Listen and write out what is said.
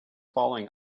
falling